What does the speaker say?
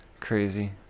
Crazy